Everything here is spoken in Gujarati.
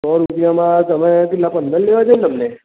સો રૂપિયામાં તમે કેટલા પંદર લેવા છે ને તમને